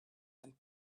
and